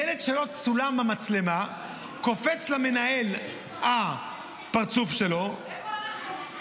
ילד שלא צולם במצלמה "קופץ" למנהל הפרצוף שלו --- איפה אנחנו,